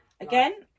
again